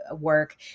work